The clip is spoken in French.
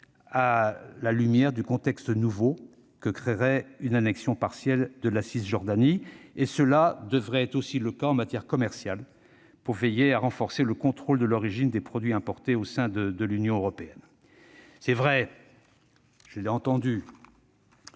à la lumière du contexte nouveau que créerait une annexion partielle de la Cisjordanie. Cela devrait être aussi le cas en matière commerciale pour veiller à renforcer le contrôle de l'origine des produits importés au sein de l'Union européenne. Il est vrai- je l'ai entendu